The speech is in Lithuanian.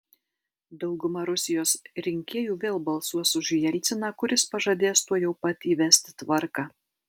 dauguma rusijos rinkėjų vėl balsuos už jelciną kuris pažadės tuojau pat įvesti tvarką